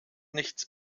nichts